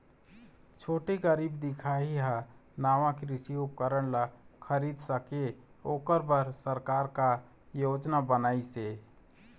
छोटे गरीब दिखाही हा नावा कृषि उपकरण ला खरीद सके ओकर बर सरकार का योजना बनाइसे?